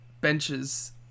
benches